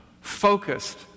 focused